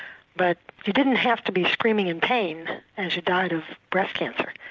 but you didn't have to be screaming in pain as you died of breast cancer.